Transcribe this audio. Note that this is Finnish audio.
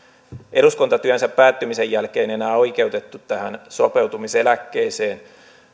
eduskuntatyönsä päättymisen jälkeen enää oikeutettu tähän sopeutumiseläkkeeseen